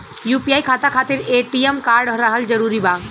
UPI खाता खातिर ATM card रहल जरूरी बा?